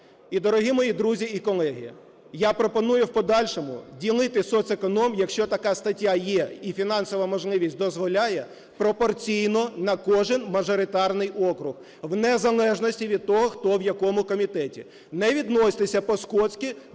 дорогі мої друзі і колеги, я пропоную в подальшому ділити соцеконом, якщо така стаття є і фінансова можливість дозволяє, пропорційно на кожен мажоритарний округ, незалежно від того, хто в якому комітеті. Не відносьтеся по-скотськи